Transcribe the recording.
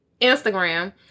Instagram